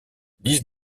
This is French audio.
dix